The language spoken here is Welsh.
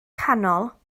canol